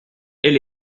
elle